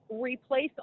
replace